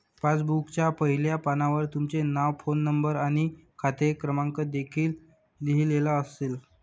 पासबुकच्या पहिल्या पानावर तुमचे नाव, फोन नंबर आणि खाते क्रमांक देखील लिहिलेला असेल